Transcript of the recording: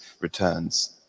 returns